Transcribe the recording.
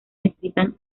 necesitan